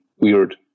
weird